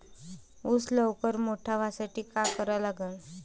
ऊस लवकर मोठा व्हासाठी का करा लागन?